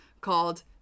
called